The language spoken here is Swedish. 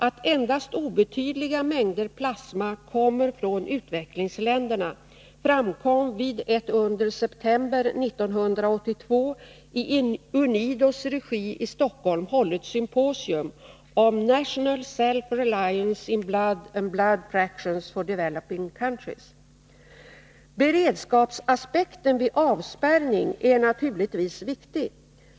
Att endast obetydliga mängder plasma kommer från utvecklingsländerna framkom vid Nr 34 Beredskapsaspekten vid avspärrning är naturligtvis viktig.